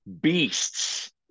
beasts